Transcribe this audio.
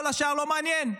כל השאר לא מעניין,